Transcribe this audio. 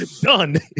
done